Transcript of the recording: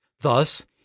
Thus